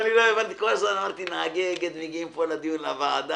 והנה אנחנו מגיעים לעניין מספר כלי הרכב.